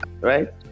right